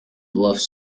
bluffs